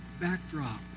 backdrop